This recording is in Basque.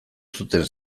zuten